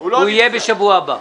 הוא יהיה בשבוע הבא.